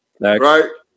Right